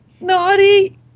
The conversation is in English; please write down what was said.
naughty